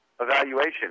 evaluation